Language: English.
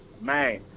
man